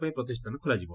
ପାଇଁ ପ୍ରତିଷ୍ଠାନ ଖୋଲାଯିବ